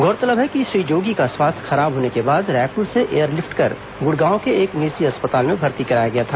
गौरतलब है कि श्री जोगी का स्वास्थ्य खराब होने के बाद रायपुर से एयरलिफ्ट कर गुड़गांव के एक निजी अस्पताल में भर्ती कराया गया था